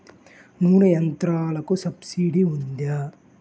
నూనె యంత్రాలకు సబ్సిడీ ఉందా?